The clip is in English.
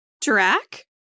Drac